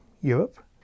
Europe